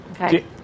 Okay